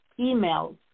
emails